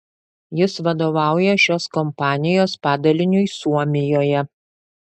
jis vadovauja šios kompanijos padaliniui suomijoje